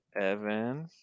Evan